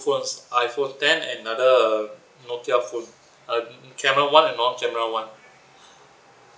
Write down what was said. phones iphone ten another uh nokia phone uh camera [one] and non-camera [one]